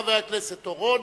חבר הכנסת אורון,